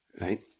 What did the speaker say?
Right